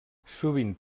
sovint